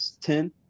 ten